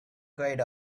cried